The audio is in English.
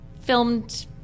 filmed